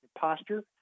posture